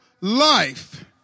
life